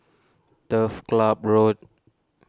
Turf Ciub Road